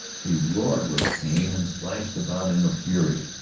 he roared with pain and slashed about in a fury.